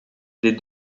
des